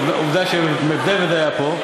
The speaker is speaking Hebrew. עובדה שמדוודב היה פה.